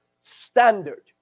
standard